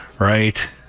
Right